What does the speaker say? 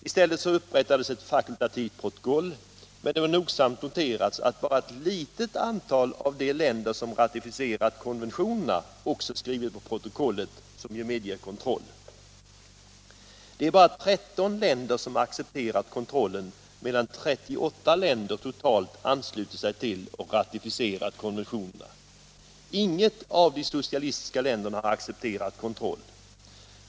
I stället upprättades ett fakultativt protokoll, men det bör nogsamt noteras att bara ett litet antal av de länder som ratificerat konventionerna också skrivit på protokollet, som ju medger kontroll. Det är bara 13 länder som accepterat kontroll medan 38 länder totalt anslutit sig till och ratificerat konventionerna. Inget av de socialistiska länderna har accepterat kontroll.